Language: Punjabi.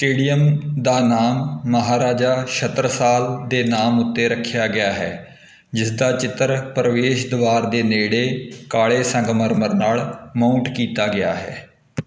ਸਟੇਡੀਅਮ ਦਾ ਨਾਮ ਮਹਾਰਾਜਾ ਛਤਰਸਾਲ ਦੇ ਨਾਮ ਉੱਤੇ ਰੱਖਿਆ ਗਿਆ ਹੈ ਜਿਸਦਾ ਚਿੱਤਰ ਪ੍ਰਵੇਸ਼ ਦੁਆਰ ਦੇ ਨੇੜੇ ਕਾਲੇ ਸੰਗਮਰਮਰ ਨਾਲ ਮਾਊਂਟ ਕੀਤਾ ਗਿਆ ਹੈ